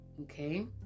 okay